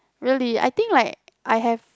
really I think like I have